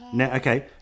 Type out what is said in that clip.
Okay